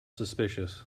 suspicious